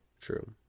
True